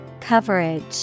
Coverage